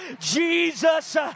Jesus